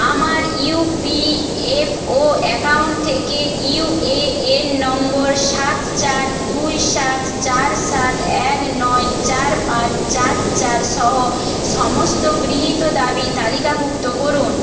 আমার EPFO account থেকে UAN number সাত চার দুই সাত চার সাত এক নয় চার পাঁচ চার চারসহ সমস্ত গৃহীত দাবি তালিকাভুক্ত করুন